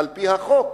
על-פי החוק.